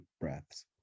breaths